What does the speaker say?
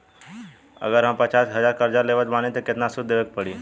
अगर हम पचास हज़ार कर्जा लेवत बानी त केतना सूद देवे के पड़ी?